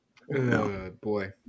Boy